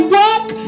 work